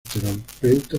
terapeuta